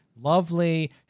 lovely